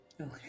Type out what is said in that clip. Okay